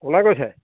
কোনে কৈছে